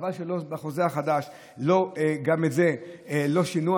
חבל שבחוזה החדש גם את זה לא שינו.